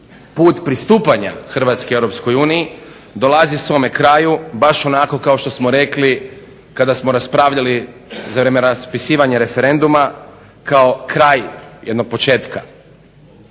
put pristupanja Hrvatske EU dolazi svome kraju baš onako kao što smo rekli kada smo raspravljali za vrijeme raspisivanja referenduma kao kraj jednog početka.